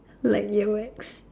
like ear wax